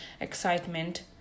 excitement